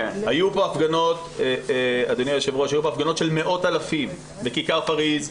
היו כאן הפגנות של מאות אלפים בכיכר פאריס,